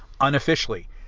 Unofficially